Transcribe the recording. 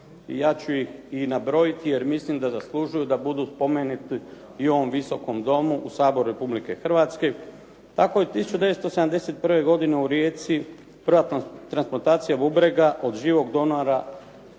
Ja ću ih i nabrojiti jer mislim da zaslužuju da budu spomenuti i u ovom Visokom domu u Saboru Republike Hrvatske. Tako je 1971. godine u Rijeci prva transplantacija bubrega od živog donora